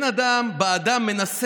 אנחנו עקביים בעמדות